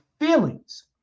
feelings